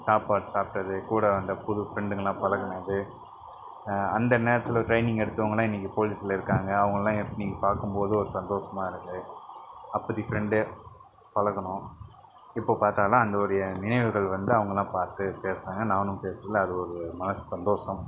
சாப்பாடு சாப்பிட்டது கூட வந்த புது ஃபிரண்டுங்கள்லாம் பழகினது அந்த நேரத்தில் ட்ரைனிங் எடுத்தவங்கள்லான் இன்னிக்கி போலீஸில்ருக்காங்க அவங்களான் இன்னிக்கி பார்க்கும்போது ஒரு சந்தோஷமாகருக்கு அப்பதிக்கு ஃபிரண்டு பழகினோம் இப்போ பார்த்தாலும் அந்த ஒரு நினைவுகள் வந்து அவங்கலாம் பார்த்து பேசினாங்க நானும் பேசயில் அது ஒரு மனது சந்தோஷம்